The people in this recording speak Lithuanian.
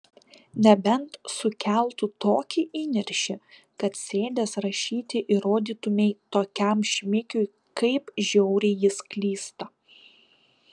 nebent sukeltų tokį įniršį kad sėdęs rašyti įrodytumei tokiam šmikiui kaip žiauriai jis klysta